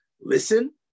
listen